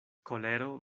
kolero